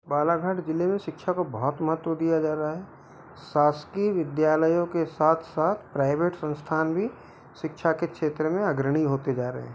बालाघाट जिले में शिक्षा को बहुत महत्व दिया जा रहा है शासकीय विद्यालयों के साथ साथ प्राइवेट संस्थान भी शिक्षा के क्षेत्र में अग्रणी होते जा रहे हैं